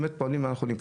פועלים למען החולים,